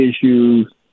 issues